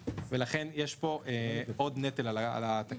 ולכן יש פה עוד נטל על התקציב.